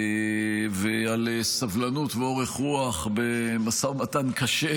ועל סבלנות ואורך רוח במשא ומתן קשה,